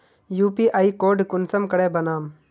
UPI code कुंसम करे बनाम?